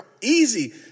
easy